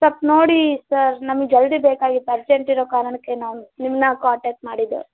ಸ್ವಲ್ಪ್ ನೋಡಿ ಸರ್ ನಮ್ಗೆ ಜಲ್ದಿ ಬೇಕಾಗಿತ್ತು ಅರ್ಜೆಂಟ್ ಇರೋ ಕಾರಣಕ್ಕೇ ನಾವು ನಿಮ್ಮನ್ನ ಕಾಂಟ್ಯಾಕ್ಟ್ ಮಾಡಿದ್ದು